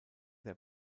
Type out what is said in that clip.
der